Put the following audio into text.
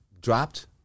dropped